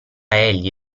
egli